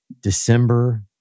December